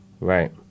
Right